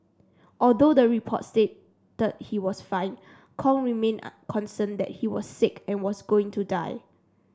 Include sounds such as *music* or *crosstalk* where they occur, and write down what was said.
although the report stated he was fine Kong remained *unintelligible* concerned that he was sick and was going to die